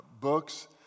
books